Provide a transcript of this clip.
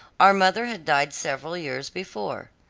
our mother had died several years before.